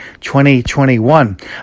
2021